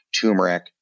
turmeric